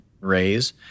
Ray's